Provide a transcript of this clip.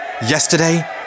Yesterday